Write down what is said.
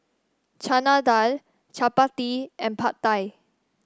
Chana Dal Chapati and Pad Thai